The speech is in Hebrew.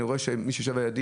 אני רואה שמי שיושב על ידי